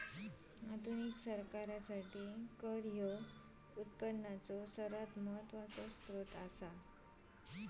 आधुनिक सरकारासाठी कर ह्यो उत्पनाचो सर्वात महत्वाचो सोत्र असा